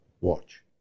watch